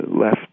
left